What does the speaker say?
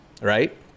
right